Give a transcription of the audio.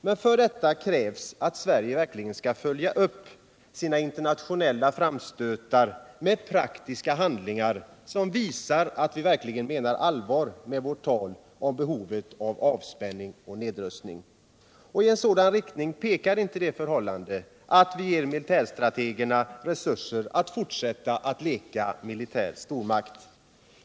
Men för detta krävs att Sverige verkligen följer upp sina internationella framstötar med praktiska handlingar, som visar att vi menar allvar med vårt tal om behovet av avspänning och nedrustning. I sådan riktning pekar inte det förhållandet att vi ger militärstrategerna resurser Försvarspolitiken, att fortsätta leka militär stormakt.